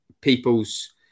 people's